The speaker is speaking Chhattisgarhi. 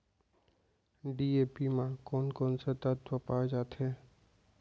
डी.ए.पी म कोन कोन से तत्व पाए जाथे?